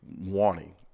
wanting